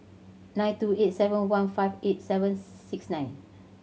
nine two eight seven one five eight seven six nine